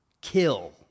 kill